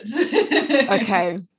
Okay